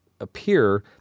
appear